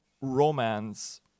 romance